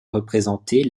représenter